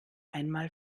einmal